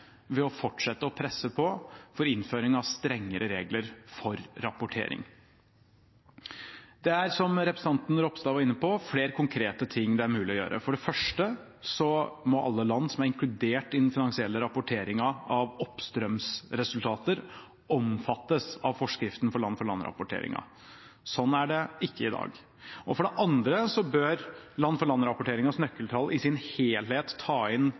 ved å fortsette å presse på for innføring av strengere regler for rapportering. Det er, som representanten Ropstad var inne på, flere konkrete ting det er mulig å gjøre. For det første må alle land som er inkludert i den finansielle rapporteringen av oppstrømsresultater, omfattes av forskriften for land-for-land-rapportering. Sånn er det ikke i dag. For det andre bør land-for-land-rapporteringens nøkkeltall i sin helhet tas inn